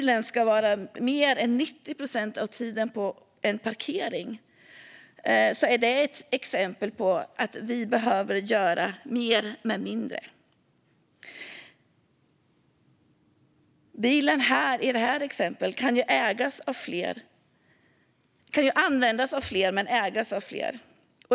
Den ska inte stå 90 procent av tiden på en parkering. Bilen kan ju ägas av fler. Den kan användas av fler, och ägas av fler.